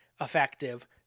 effective